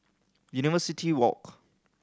University Walk